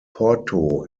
porto